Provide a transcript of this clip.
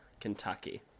Kentucky